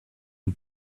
who